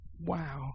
Wow